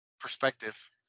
perspective